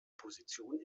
position